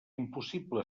impossible